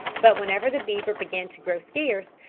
but whenever the beaver began to grow scarce,